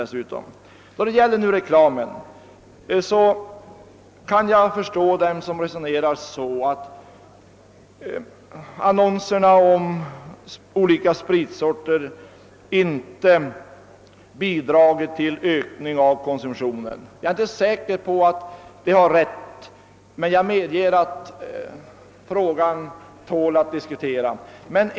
När det gäller reklamen kan jag förstå dem som säger att annonserna om olika spritsorter inte har bidragit till en ökning av konsumtionen. Jag är inte säker på att de har rätt, men jag medger att frågan tål att diskuteras.